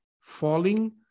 falling